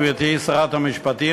גברתי שרת המשפטים,